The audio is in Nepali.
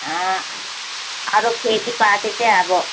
अरू खेतीपाती चाहिँ अब